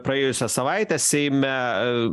praėjusią savaitę seime